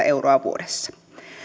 euroa vuodessa